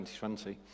2020